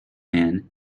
man